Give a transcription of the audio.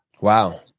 Wow